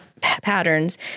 patterns